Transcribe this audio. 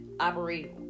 operate